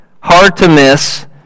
hard-to-miss